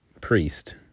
Priest